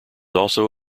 also